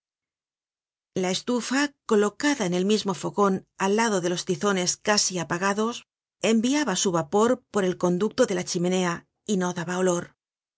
la estufa colocada en el mismo fogon al lado de los tizones casi apagados enviaba su vapor por el conducto de la chimenea y no daba olor